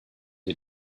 you